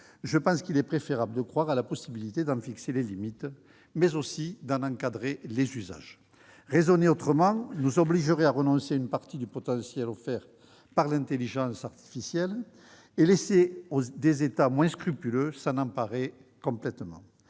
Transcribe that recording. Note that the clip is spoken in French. je pense qu'il est préférable de croire à la possibilité d'en fixer les limites, d'en encadrer les usages. Raisonner autrement nous obligerait à renoncer à une partie du potentiel offert par l'intelligence artificielle et à laisser des États moins scrupuleux s'en emparer complètement.